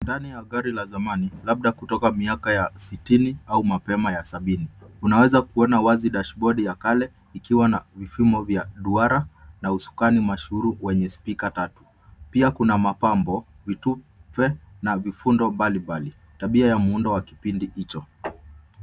Ndani ya gari la zamani labda kutoka miaka ya sitini au mapema ya sabini. Tuaweza kuona wazi dashbodi ya kale ikiwa na vifimo vya dwara na usukani mashuhuri wenye spika tatu. Pia kuna mapambo vitupe, na vifundo mbalimbali, tabia wa muundo wa kipindi hicho.